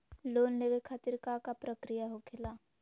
Loan लेवे खातिर का का प्रक्रिया होखेला?